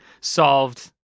solved